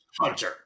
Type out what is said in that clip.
Hunter